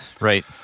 Right